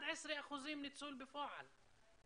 11% ניצול בפועל.